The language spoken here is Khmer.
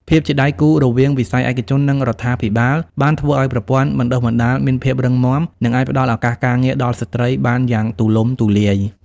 ភាពជាដៃគូរវាងវិស័យឯកជន និងរដ្ឋាភិបាលបានធ្វើឱ្យប្រព័ន្ធបណ្តុះបណ្តាលមានភាពរឹងមាំ និងអាចផ្តល់ឱកាសការងារដល់ស្ត្រីបានយ៉ាងទូលំទូលាយ។